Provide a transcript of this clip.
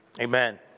amen